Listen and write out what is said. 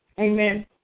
Amen